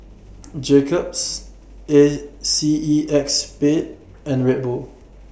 Jacob's A C E X Spade and Red Bull